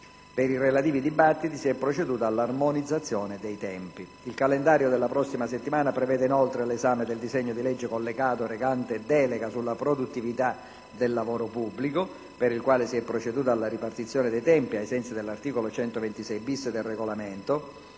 Per i relativi dibattiti si è proceduto all'armonizzazione dei tempi. Il calendario della prossima settimana prevede inoltre l'esame del disegno di legge collegato recante delega sulla produttività del lavoro pubblico - per il quale si è proceduto alla ripartizione dei tempi, ai sensi dell'articolo 126-*bis* del Regolamento